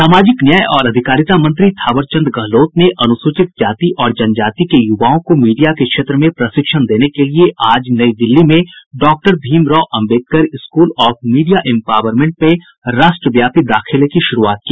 सामाजिक न्याय और अधिकारिता मंत्री थावरचंद गहलोत ने अनुसूचित जाति और जनजाति के यूवाओं को मीडिया के क्षेत्र में प्रशिक्षण देने के लिए आज नई दिल्ली में doctor Bhim Rao Ambedkar school of media empowerment में राष्ट्रव्यापी दाखिले की शुरूआत की